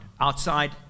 Outside